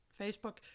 Facebook